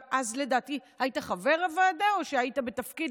בן צור, היית אז חבר הוועדה או שהיית בתפקיד?